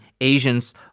Asians